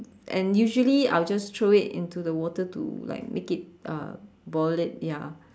and usually I will just throw it into the water to like make it uh boil it ya